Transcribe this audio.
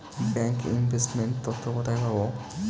Bank investment তথ্য কোথায় পাব?